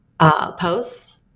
posts